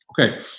Okay